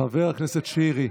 חבר הכנסת שירי.